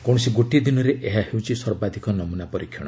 କୌଣସି ଗୋଟିଏ ଦିନରେ ଏହା ହେଉଛି ସର୍ବାଧିକ ନମ୍ରନା ପରୀକ୍ଷଣ